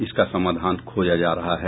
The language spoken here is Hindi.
इसका समाधान खोजा जा रहा है